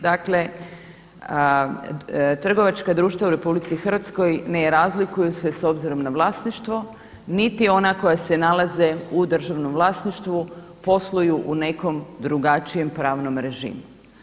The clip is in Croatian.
Dakle, trgovačka društva u Republici Hrvatskoj ne razlikuju se s obzirom na vlasništvo niti ona koja se nalaze u državnom vlasništvu posluju u nekom drugačijem pravnom režimu.